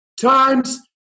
times